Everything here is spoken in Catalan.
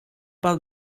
pel